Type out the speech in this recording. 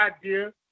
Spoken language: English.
idea